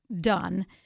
done